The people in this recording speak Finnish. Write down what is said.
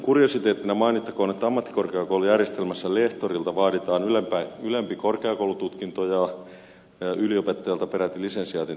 kuriositeettina mainittakoon että ammattikorkeakoulujärjestelmässä lehtorilta vaaditaan ylempi korkeakoulututkinto ja yliopettajalta peräti lisensiaatin tai tohtorin tutkinto